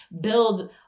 build